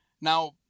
Now